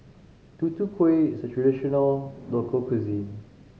Tutu Kueh is a traditional local cuisine